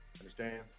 understand